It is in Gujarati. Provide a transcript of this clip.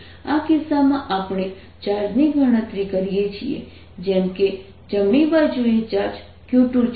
આ કિસ્સામાં આપણે ચાર્જ ની ગણતરી કરીએ છીએ જેમ કે જમણી બાજુએ ચાર્જ q2 છે